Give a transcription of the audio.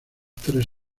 tres